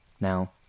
Now